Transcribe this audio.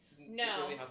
No